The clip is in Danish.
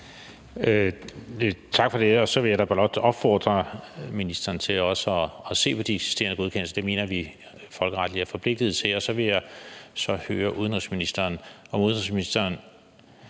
Tak for det. Så vil jeg da blot opfordre ministeren til også at se på de eksisterende godkendelser. Det mener vi at vi folkeretligt er forpligtet til. Så vil jeg høre udenrigsministeren, om udenrigsministeren